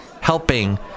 helping